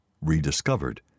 rediscovered